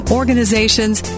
organizations